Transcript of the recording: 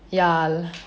ya